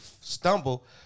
stumble